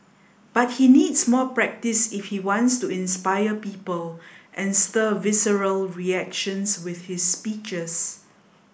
but he needs more practise if he wants to inspire people and stir visceral reactions with his speeches